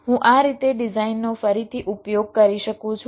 હું આ રીતે ડિઝાઇનનો ફરીથી ઉપયોગ કરી શકું છું